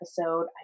episode